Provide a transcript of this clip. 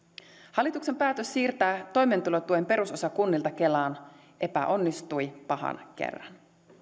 hallituksen päätös siirtää toimeentulotuen perusosa kunnilta kelaan epäonnistui pahan kerran